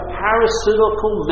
parasitical